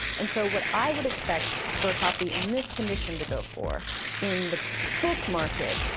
and so what i would expect for a copy in this condition to go for in the book market,